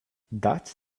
that